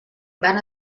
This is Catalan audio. van